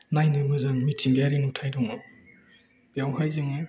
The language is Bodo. नायनो मोजां मिथिंगायारि नुथाय दङ बेवहाय जोङो